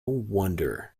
wonder